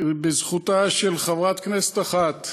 בזכותה של חברת כנסת אחת,